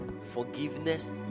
forgiveness